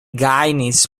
gajnis